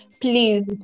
please